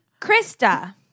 Krista